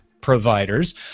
providers